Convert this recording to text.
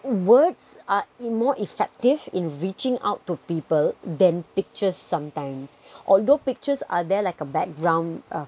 words are more effective in reaching out to people than picture sometimes although pictures are there like a background